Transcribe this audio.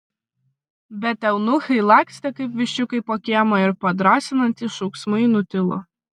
bet eunuchai lakstė kaip viščiukai po kiemą ir padrąsinantys šauksmai nutilo